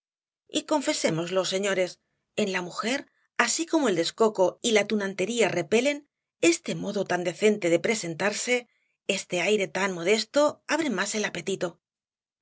y confesémoslo señores en la mujer así como el descoco y la tunantería repelen este modo tan decente de presentarse este aire tan modesto abren más el apetito